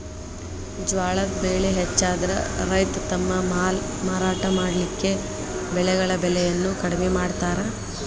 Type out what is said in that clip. ಜ್ವಾಳದ್ ಬೆಳೆ ಹೆಚ್ಚಾದ್ರ ರೈತ ತಮ್ಮ ಮಾಲ್ ಮಾರಾಟ ಮಾಡಲಿಕ್ಕೆ ಬೆಳೆಗಳ ಬೆಲೆಯನ್ನು ಕಡಿಮೆ ಮಾಡತಾರ್